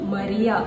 Maria